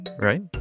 right